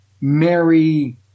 Mary